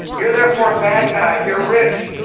you're, therefore a bad guy. you're rich!